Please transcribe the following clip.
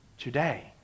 today